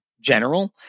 general